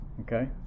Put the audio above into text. Okay